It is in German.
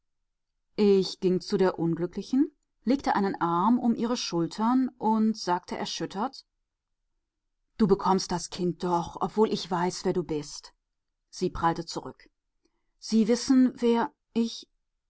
ich ging zu der unglücklichen legte einen arm um ihre schultern und sagte erschüttert du bekommst das kind doch obwohl ich weiß wer du bist sie prallte zurück sie wissen wer ich